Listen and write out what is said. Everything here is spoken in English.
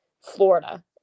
Florida